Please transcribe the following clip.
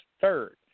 third